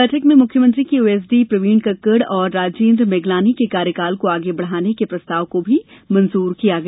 बैठक में मुख्यमंत्री के ओएसडी प्रवीण कक्कड़ और राजेन्द्र मिगलानी के कार्यकाल को आगे बढ़ाने के प्रस्ताव को ही मंजूर किया गया